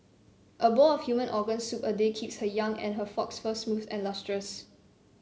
a bowl of human organ soup a day keeps her young and her fox fur smooth and lustrous